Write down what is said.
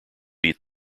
beat